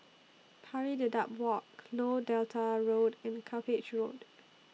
Pari Dedap Walk Lower Delta Road and Cuppage Road